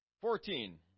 Fourteen